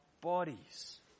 bodies